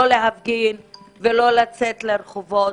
לא להפגין ולא לצאת לרחובות,